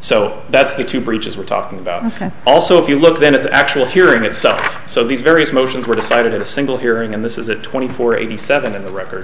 so that's the two breaches we're talking about and also if you look then at the actual hearing itself so these various motions were decided at a single hearing and this is a twenty four eighty seven in the record